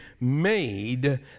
made